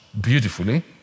beautifully